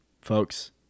folks